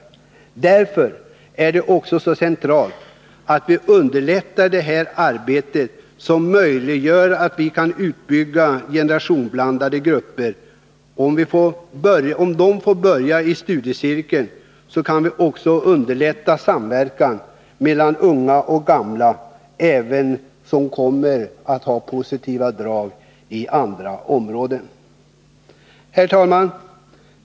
Av den anledningen är det också centralt att vi underlättar studiecirkelarbetet, vilket möjliggör en utbyggnad av de generationsblandade grupperna. Om dessa människor får börja i studiecirkeln kan det underlätta samverkan mellan unga och gamla, vilket kommer att ge positiva effekter även på andra områden. Herr talman!